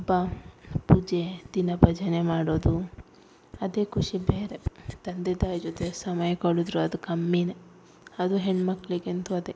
ಹಬ್ಬ ಪೂಜೆ ದಿನ ಭಜನೆ ಮಾಡೋದು ಅದೇ ಖುಷಿ ಬೇರೆ ತಂದೆ ತಾಯಿ ಜೊತೆ ಸಮಯ ಕಳೆದ್ರು ಅದು ಕಮ್ಮಿನೆ ಅದು ಹೆಣ್ಣುಮಕ್ಳಿಗೆಂತು ಅದೇ